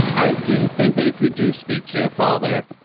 i do think that if you do speak to your father,